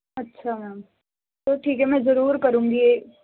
ਅੱਛਾ ma'am so ਠੀਕ ਹ ਮੈਂ ਜਰੂਰ ਕਰੂੰਗੀ ਇਹ